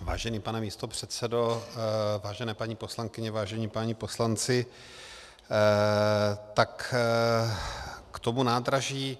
Vážený pane místopředsedo, vážené paní poslankyně, vážení páni poslanci, k tomu nádraží.